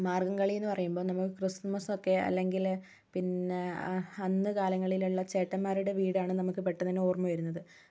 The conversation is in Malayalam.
മാർഗ്ഗംകളി എന്ന് പറയുമ്പോൾ നമ്മുടെ ക്രിസ്മസൊക്കെ അല്ലെങ്കിൽ പിന്നെ അന്നു കാലങ്ങളിലുള്ള ചേട്ടന്മാരുടെ വീടാണ് നമുക്ക് പെട്ടെന്ന് തന്നെ ഓർമ്മ വരുന്നത്